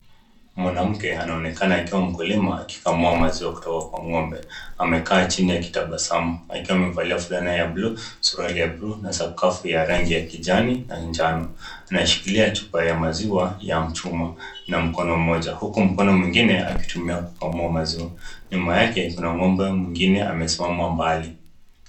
Mwanamke anaonekana akiwa mkulima akikamua maziwa kutoka kwa ng'ombe. Amekaa chini akitabasamu akiwa amevalia fulana ya buluu ,suruali ya buluu na skafu ya rangi ya kijani na njano. Anashikilia chupa ya maziwa ya chuma na mkono mmoja huku mkono mwingine akitumia kukamua maziwa. Nyuma yake kuna ng'ombe mwingine amesimama mbali.